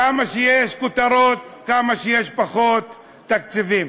כמה שיש יותר כותרות, ככה יש פחות תקציבים.